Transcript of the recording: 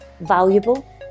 valuable